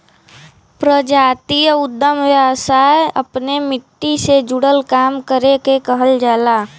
प्रजातीय उद्दम व्यवसाय अपने मट्टी से जुड़ल काम करे के कहल जाला